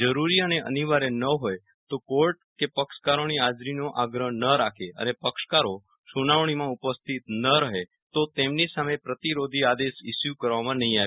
જરૂરી અને અનિવાર્ય ન હોય તો કોર્ટ પક્ષકારોની હાજરીનો આગ્રહ ન રાખે અને પક્ષકારો સુનાવણીમાં ઉપસ્થિત ન રહે તો તેમની સામે પ્રતિરોધી આદેશ ઈસ્યુ કરવામાં નહીં આવે